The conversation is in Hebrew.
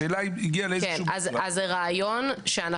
השאלה אם זה הגיע לאיזשהו --- זה רעיון שאנחנו